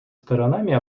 сторонами